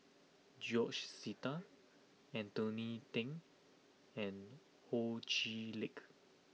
George Sita Anthony Then and Ho Chee Lick